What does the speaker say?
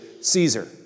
Caesar